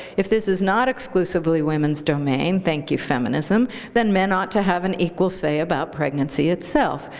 if this is not exclusively women's domain thank you, feminism then men ought to have an equal say about pregnancy itself.